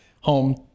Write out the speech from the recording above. home